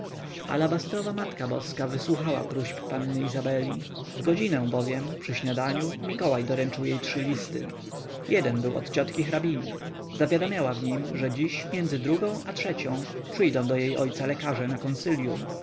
z żydami alabastrowa matka boska wysłuchała próśb panny izabeli w godzinę bowiem przy śniadaniu mikołaj doręczył jej trzy listy jeden był od ciotki hrabiny zawiadamiała w nim że dziś między drugą i trzecią przyjdą do jej ojca lekarze na